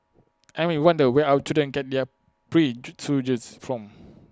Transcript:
and we wonder where our children get their from